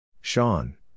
Sean